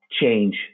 change